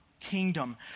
kingdom